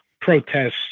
protests